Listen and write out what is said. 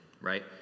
right